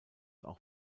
auch